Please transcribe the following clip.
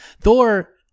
Thor